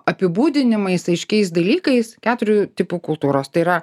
apibūdinimais aiškiais dalykais keturių tipų kultūros tai yra